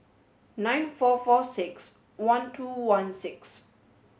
nine four four six one two one six